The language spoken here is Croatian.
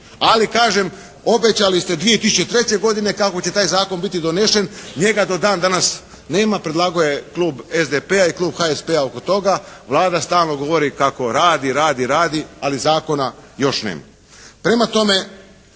Ali kažem obećali ste 2003. godine kako će taj zakon biti donesen. Njega do dan danas nema. Predlagao je Klub SDP-a i Klub HSP-a oko toga. Vlada stalno govori kako radi, radi, radi ali zakona još nema.